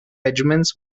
regiments